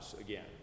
again